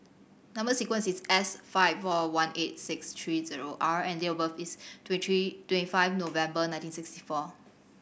number sequence is S five four one eight six three zero R and date of birth is three twenty five November nineteen sixty four